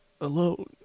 Alone